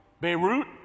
Beirut